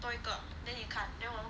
多一个 then 你看 then 我们